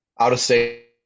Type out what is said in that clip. out-of-state